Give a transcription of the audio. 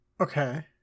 Okay